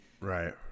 Right